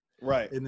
Right